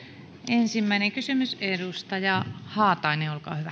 ensimmäinen kysymys edustaja haatainen